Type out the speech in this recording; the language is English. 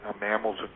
mammals